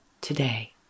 Today